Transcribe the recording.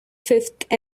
fifth